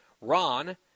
Ron